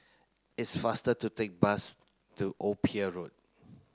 it's faster to take bus to Old Pier Road